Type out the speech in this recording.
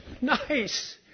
Nice